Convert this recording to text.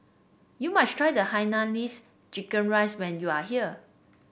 you must try the Hainanese Chicken Rice when you are here